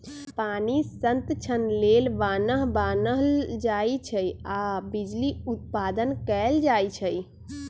पानी संतक्षण लेल बान्ह बान्हल जाइ छइ आऽ बिजली उत्पादन कएल जाइ छइ